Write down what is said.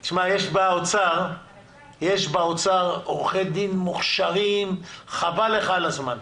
תשמע, יש באוצר עורכי דין מוכשרים חבל לך על הזמן.